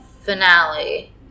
finale